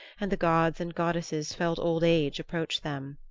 and the gods and goddesses felt old age approach them.